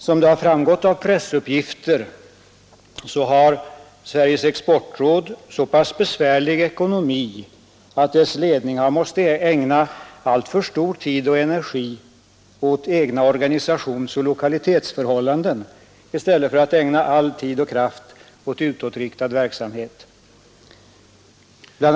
Som framgått av pressuppgifter har Sveriges exportråd så pass besvärligt ekonomiskt sett att dess ledning måste ägna alltför mycken tid och energi åt egna organisationsoch lokalitetsförhållanden i stället för att ägna all tid och kraft åt utåtriktad verksamhet. Bl.